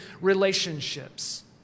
Relationships